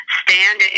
stand